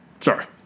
Sorry